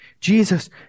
Jesus